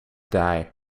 die